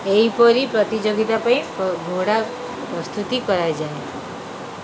ଏହିପରି ପ୍ରତିଯୋଗିତା ପାଇଁ ଘୋଡ଼ା ପ୍ରସ୍ତୁତି କରାଯାଏ